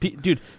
Dude